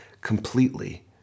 completely